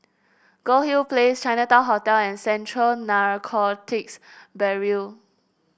Goldhill Place Chinatown Hotel and Central Narcotics Bureau